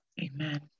Amen